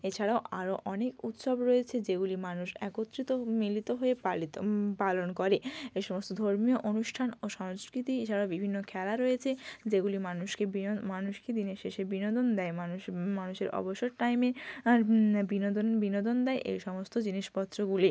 এছাড়াও আরও অনেক উৎসব রয়েছে যেগুলি মানুষ একত্রিত মিলিত হয়ে পালিত পালন করে এই সমস্ত ধর্মীয় অনুষ্ঠান ও সংস্কৃতি এছাড়াও বিভিন্ন খেলা রয়েছে যেগুলি মানুষকে বিনোন মানুষকে দিনের শেষে বিনোদন দেয় মানুষ মানুষের অবসর টাইমে বিনোদন বিনোদন দেয় এই সমস্ত জিনিসপত্রগুলি